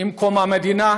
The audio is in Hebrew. עם קום המדינה